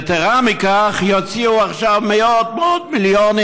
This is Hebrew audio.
יתרה מכך, יוציאו עכשיו מאות מאות מיליונים,